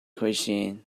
question